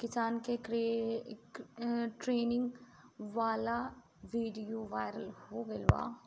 किसान के ट्रेनिंग वाला विडीओ वायरल हो गईल बा